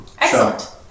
Excellent